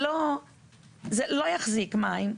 זה לא יחזיק מים.